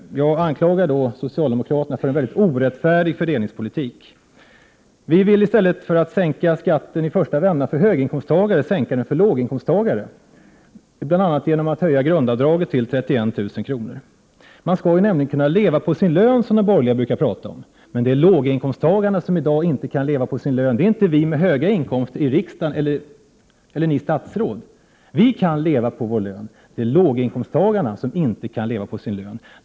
Jag anklagade då socialdemokraterna för en mycket orättfärdig fördelningspolitik. I stället för att i första vändan sänka skatten för höginkomsttagare vill vi sänka den för låginkomsttagare, bl.a. genom att höja grundavdraget till 31 000 kr. Man skall ju nämligen kunna leva på sin lön, som de borgerliga brukar säga. Låginkomsttagarna kan i dag inte leva på sin lön. Vi i riksdagen med höga inkomster kan leva på vår lön. Ni statsråd kan också leva på er lön. Det är låginkomsttagarna som inte kan leva på sin lön.